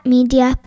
Media